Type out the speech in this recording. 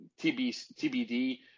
TBD